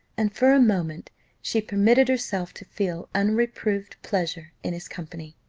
and for a moment she permitted herself to feel unreproved pleasure in his company.